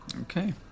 Okay